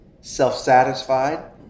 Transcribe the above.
self-satisfied